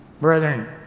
Brethren